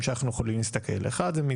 למרות שאמציה נמצא בנגב, זה שרירותי.